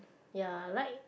ya like